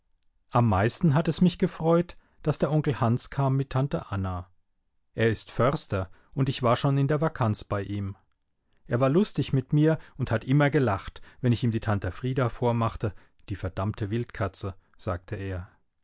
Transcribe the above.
am meisten hat es mich gefreut daß der onkel hans kam mit tante anna er ist förster und ich war schon in der vakanz bei ihm er war lustig mit mir und hat immer gelacht wenn ich ihm die tante frieda vormachte die verdammte wildkatze sagte er